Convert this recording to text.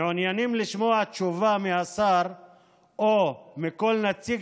מעוניינים לשמוע תשובה מהשר או מכל נציג